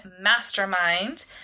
mastermind